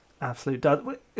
absolute